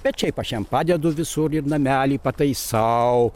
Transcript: bet šiaip aš jam padedu visur ir namelį pataisau